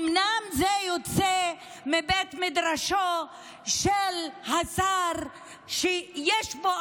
אומנם זה יוצא מבית מדרשו של השר שיש בו,